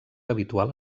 habitual